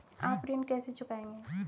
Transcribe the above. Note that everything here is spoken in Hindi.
आप ऋण कैसे चुकाएंगे?